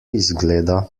izgleda